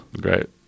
Great